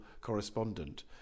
correspondent